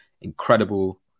incredible